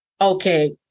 okay